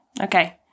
Okay